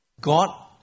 God